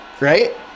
Right